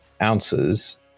ounces